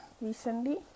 recently